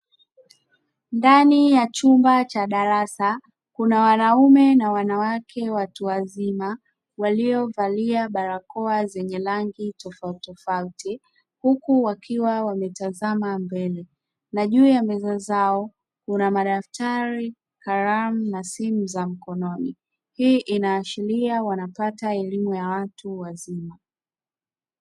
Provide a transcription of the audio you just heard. Ndani ya chumba cha darasa kuna wanaume na wanawake watu wazima waliovalia barakoa zenye rangi tofauti tofauti huku wakiwa wametazama mbele na juu ya meza zao kuna madaftari kalamu pamoja na simu za mkononi hii inaashiria wanapata elimu ya watu wazima.